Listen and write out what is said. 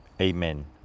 Amen